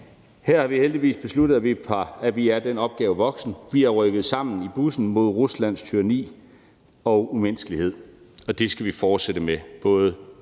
Her har vi heldigvis besluttet, at vi er den opgave voksen. Vi er rykket sammen i bussen mod Ruslands tyranni og umenneskelighed, og det skal vi fortsætte med